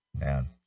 man